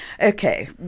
okay